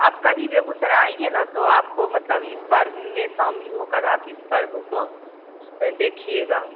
आप कभी बेगूसराय आइए न तो आपको मतलब इस पर्व में शामिल होकर आप इस पर्व को अ देखिएगा